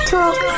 Talk